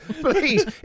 please